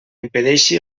impedeixi